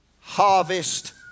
Harvest